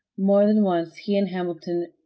more than once, he and hamilton,